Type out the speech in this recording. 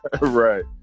Right